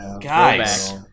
Guys